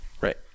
Right